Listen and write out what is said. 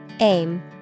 Aim